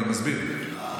אני מסביר.